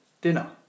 dinner